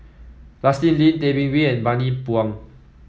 Justin Lean Tay Bin Wee and Bani Buang